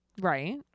Right